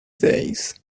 days